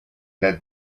that